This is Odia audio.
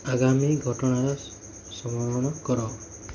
ଆଗାମୀ ଘଟଣାର ସ୍ମରଣ କର